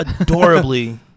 adorably